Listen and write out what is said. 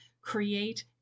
create